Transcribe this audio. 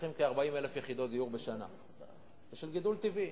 צריכים כ-40,000 יחידות דיור בשנה בשל גידול טבעי.